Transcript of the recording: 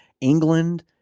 England